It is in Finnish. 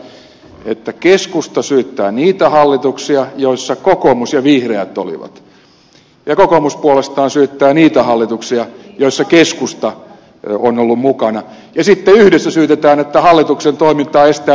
tässähän on semmoinen tilanne että keskusta syyttää niitä hallituksia joissa kokoomus ja vihreät olivat ja kokoomus puolestaan syyttää niitä hallituksia joissa keskusta on ollut mukana ja sitten yhdessä syytetään että hallituksen toimintaa estää nykyinen oppositio